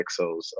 EXOs